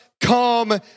Come